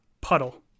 puddle